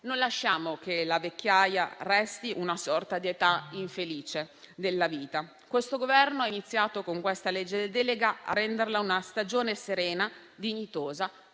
Non lasciamo che la vecchiaia resti una sorta di età infelice della vita. Il Governo ha iniziato con questa legge delega a renderla una stagione serena, dignitosa